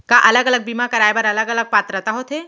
का अलग अलग बीमा कराय बर अलग अलग पात्रता होथे?